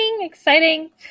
Exciting